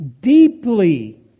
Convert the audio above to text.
deeply